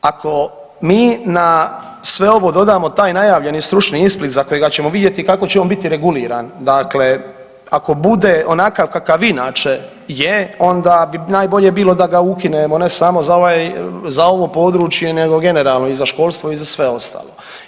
Ako mi na sve ovo dodamo taj najavljeni stručni ispit za kojega ćemo vidjeti kako će on biti reguliran, dakle ako bude onakav kakav inače je onda bi najbolje bilo da ga ukinemo ne samo za ovo područje, nego generalno i za školstvo i za sve ostalo.